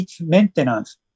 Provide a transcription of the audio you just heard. Maintenance